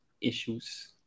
issues